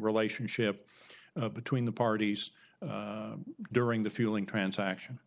relationship between the parties during the fueling transaction